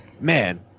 man